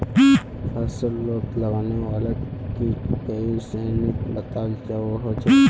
फस्लोत लगने वाला कीट कई श्रेनित बताल होछे